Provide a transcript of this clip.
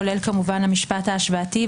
כולל כמובן המשפט ההשוואתי,